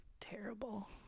terrible